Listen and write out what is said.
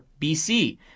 BC